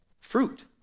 fruit